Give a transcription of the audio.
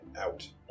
out